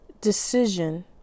decision